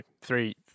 three